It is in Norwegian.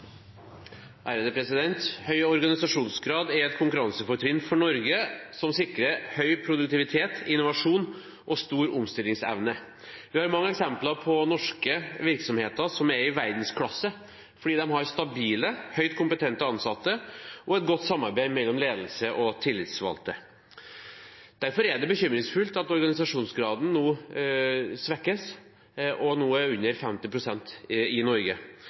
Høy organisasjonsgrad er et konkurransefortrinn for Norge som sikrer høy produktivitet, innovasjon og stor omstillingsevne. Vi har mange eksempler på norske virksomheter som er i verdensklasse fordi de har stabile, høyt kompetente ansatte og et godt samarbeid mellom ledelse og tillitsvalgte. Derfor er det bekymringsfullt at organisasjonsgraden svekkes og nå er under 50 pst. i Norge.